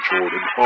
Jordan